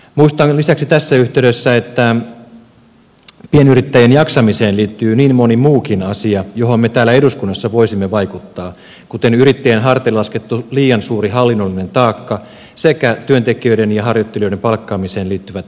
muistutan lisäksi tässä yhteydessä että pienyrittäjien jaksamiseen liittyy niin moni muukin asia johon me täällä eduskunnassa voisimme vaikuttaa kuten yrittäjän harteille laskettu liian suuri hallinnollinen taakka sekä työntekijöiden ja harjoittelijoiden palkkaamiseen liittyvät hankaluudet